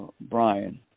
Brian